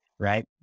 Right